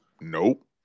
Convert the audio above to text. Nope